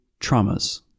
traumas